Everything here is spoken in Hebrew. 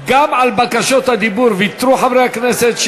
גם על רשות הדיבור ויתרו חברי הכנסת,